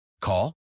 Call